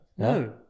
No